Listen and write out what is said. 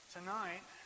Tonight